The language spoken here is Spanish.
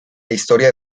historia